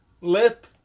lip